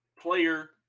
player